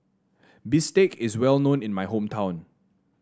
bistake is well known in my hometown